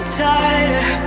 tighter